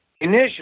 Initially